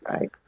Right